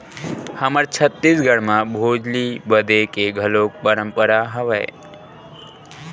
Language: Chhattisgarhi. हमर छत्तीसगढ़ म भोजली बदे के घलोक परंपरा हवय